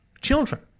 children